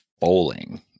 Bowling